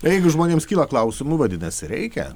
jeigu žmonėms kyla klausimų vadinasi reikia